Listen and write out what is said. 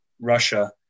Russia